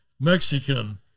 Mexican